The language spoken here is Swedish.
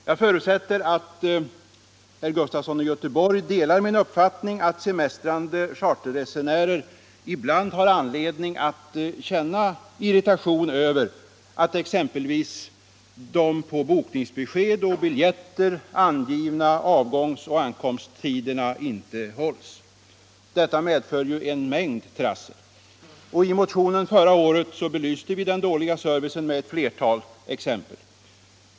Jag förutsätter att herr Sven Gustafson i Göteborg delar min uppfattning att semestrande charterresenärer ibland har anledning att känna irritation över att exempelvis de på bokningsbesked och biljetter angivna avgångsoch ankomsttiderna inte hålls. Detta medför ju en mängd trassel. I motionen förra året belyste vi den dåliga servicen med ett flertal exempel.